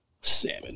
salmon